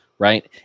Right